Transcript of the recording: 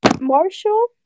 Marshall